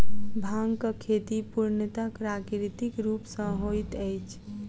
भांगक खेती पूर्णतः प्राकृतिक रूप सॅ होइत अछि